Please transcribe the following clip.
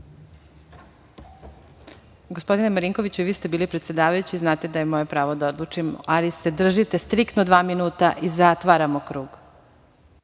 Gospodine Marinkoviću, i vi ste bili predsedavajući, znate da je moje pravo da odlučim, ali se držite striktno dva minuta i zatvaramo